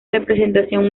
representación